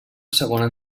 segona